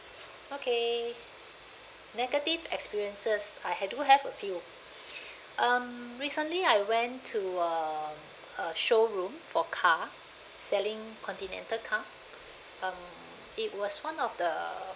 okay negative experiences I had do have a few um recently I went to a a showroom for car selling continental car um it was one of the